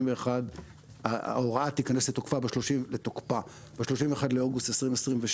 ההוראה תיכנס לתוקפה ב-31 באוגוסט 2022,